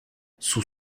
sous